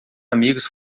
amigos